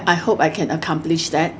I hope I can accomplish that